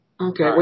Okay